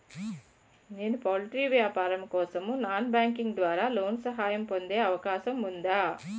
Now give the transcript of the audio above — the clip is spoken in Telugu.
నేను పౌల్ట్రీ వ్యాపారం కోసం నాన్ బ్యాంకింగ్ ద్వారా లోన్ సహాయం పొందే అవకాశం ఉందా?